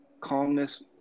calmness